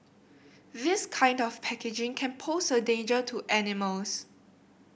this kind of packaging can pose a danger to animals